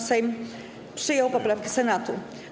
Sejm przyjął poprawki Senatu.